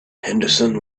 henderson